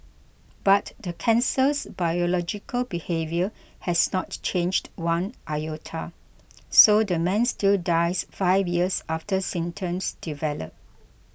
but the cancer's biological behaviour has not changed one iota so the man still dies five years after symptoms develop